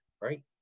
Right